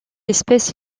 espèce